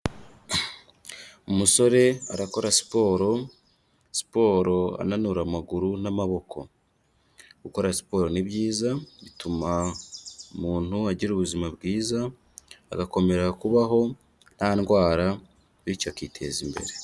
Umusore arakora siporo, siporo ananura amaguru n'amaboko. Gukora siporo ni byiza, bituma umuntu agira ubuzima bwiza, agakomera kubaho nta ndwara bityo akiteza imbere.